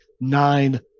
nine